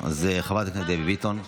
אז חברת הכנסת דבי ביטון.